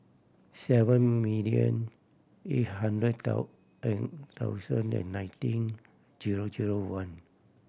seven million eight hundred thousand and nineteen one